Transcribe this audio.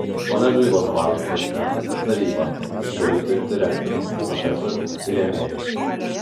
koledžui vadovauja prezidentas ir taryba sudaryta iš direktorių profesorių ir rėmėjų